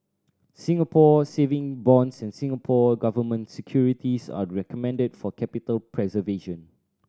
Singapore Saving Bonds and Singapore Government Securities are recommended for capital preservation